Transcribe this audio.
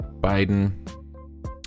Biden